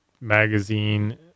Magazine